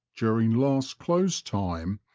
during last close time,